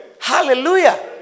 Hallelujah